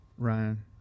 Ryan